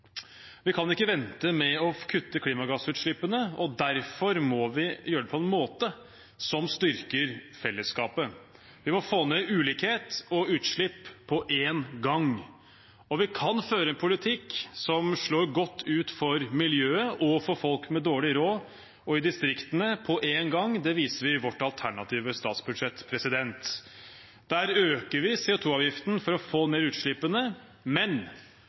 Vi kan ikke vente med å kutte klimagassutslippene, og derfor må vi gjøre det på en måte som styrker fellesskapet. Vi må få ned ulikhet og utslipp på en gang. Vi kan føre en politikk som på en gang slår godt ut for miljøet og for folk med dårlig råd og i distriktene, det viser vi i vårt alternative statsbudsjett. Der øker vi CO 2 -avgiften for å få ned utslippene, men